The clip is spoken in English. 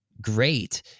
great